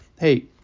hey